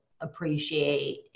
appreciate